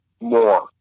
more